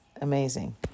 amazing